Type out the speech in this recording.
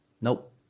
Nope